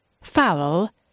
foul